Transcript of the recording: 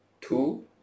Two